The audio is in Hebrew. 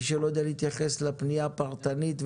מי שלא יודע להתייחס לפנייה פרטנית,